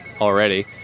already